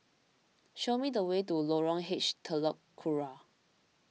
show me the way to Lorong H Telok Kurau